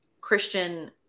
Christian